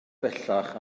bellach